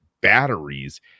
batteries